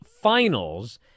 Finals